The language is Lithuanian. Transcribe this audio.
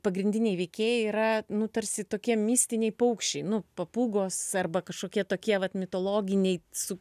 pagrindiniai veikėjai yra nu tarsi tokie mistiniai paukščiai nu papūgos arba kažkokie tokie vat mitologiniai su